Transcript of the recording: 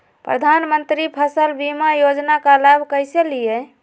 प्रधानमंत्री फसल बीमा योजना का लाभ कैसे लिये?